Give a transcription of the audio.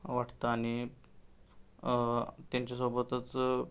वाटतं आणि त्यांच्यासोबतच